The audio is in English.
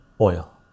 oil